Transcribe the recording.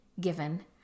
given